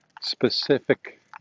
specific